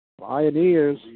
Pioneers